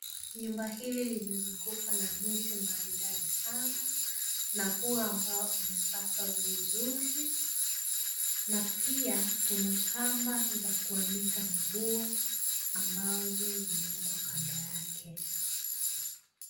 Nyumba hili limezugukwa na viti maridadi sana na ua amabo umekatwa vizuri, na pia kuna kamba za kuanika nguo ambazo zimewekwa kando yake.